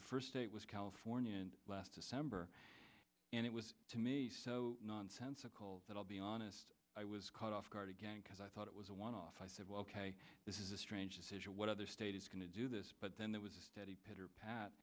the first state was california last december and it was to me so nonsensical that i'll be honest i was caught off guard because i thought it was a one off i said well this is a strange decision what other state is going to do this but then there was a steady pitter pa